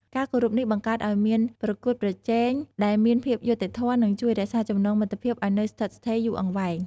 ការគោរពនេះបង្កើតឲ្យមានប្រកួតប្រជែងមួយដែលមានភាពយុត្តិធម៌ និងជួយរក្សាចំណងមិត្តភាពឱ្យនៅស្ថិតស្ថេរយូរអង្វែង។